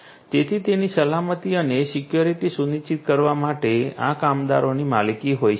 તેથી તેમની સલામતી અને સિક્યુરિટી સુનિશ્ચિત કરવા માટે આ કામદારોની માલિકી હોઈ શકે છે